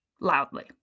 Loudly